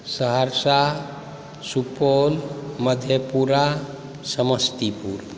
Saharsa Supaul Madhepura Samastipur